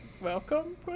welcome